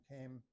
came